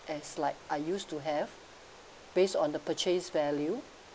as like I used to have based on the purchase value